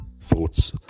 thoughts